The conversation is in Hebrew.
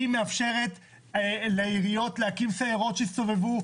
היא מאפשרת לעיריות להקים סיירות שיסתובבו,